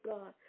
God